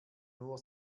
nur